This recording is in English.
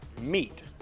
meet